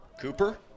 Cooper